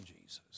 Jesus